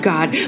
God